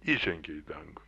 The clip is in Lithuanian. įžengė į dangų